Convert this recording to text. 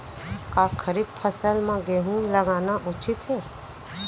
का खरीफ फसल म गेहूँ लगाना उचित है?